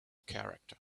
character